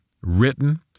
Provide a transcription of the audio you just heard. written